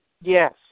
Yes